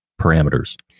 parameters